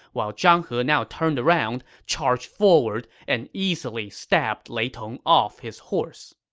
while zhang he now turned around, charged forward, and easily stabbed lei tong off his horse